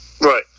Right